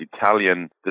Italian